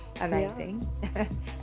amazing